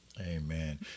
Amen